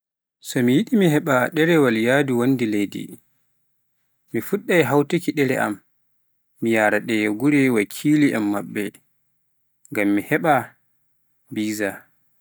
so mi yiɗi me heɓa ɗerewal yahhdu wonde leydi, mi fuf ɗai hawtuki ɗereji am, mi yahra na ɗe gure wakili'en maɓɓe, ngam mi heba biza.